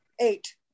Eight